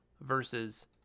versus